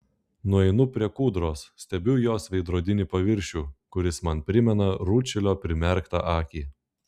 nueinu prie kūdros stebiu jos veidrodinį paviršių kuris man primena rūdšilio primerktą akį